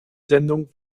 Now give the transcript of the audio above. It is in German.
sendung